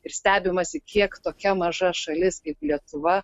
ir stebimasi kiek tokia maža šalis kaip lietuva